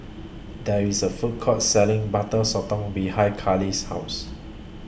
There IS A Food Court Selling Butter Sotong behind Kale's House